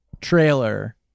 trailer